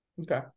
Okay